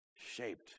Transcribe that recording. shaped